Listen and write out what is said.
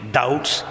doubts